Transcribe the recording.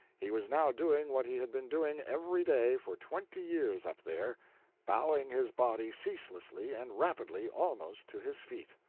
he was now doing what he had been doing every day for twenty years up there bowing his body ceaselessly and rapidly almost to his feet.